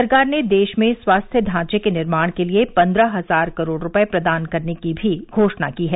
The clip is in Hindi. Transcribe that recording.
सरकार ने देश में स्वास्थ्य ढांचे के निर्माण के लिए पद्रह हजार करोड़ रुपये प्रदान करने की भी घोषणा की है